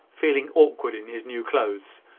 feeling awkward in his new clothes,